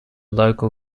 local